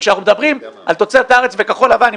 וכשאנחנו מדברים על תוצרת הארץ זה כחול-לבן.